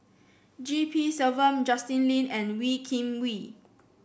G P Selvam Justin Lean and Wee Kim Wee